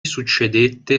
succedette